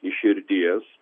iš širdies